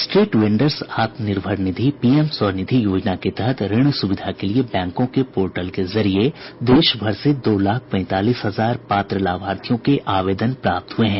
street vendors आत्मनिर्भर निधि PM Svanidhi योजना के तहत ऋण सूविधा के लिए बैंकों के पोर्टल के जरिए देशभर से दो लाख पैंतालीस हजार पात्र लाभार्थियों के आवेदन प्राप्त हुए हैं